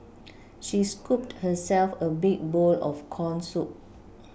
she scooped herself a big bowl of corn soup